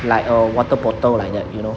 like a water bottle like that you know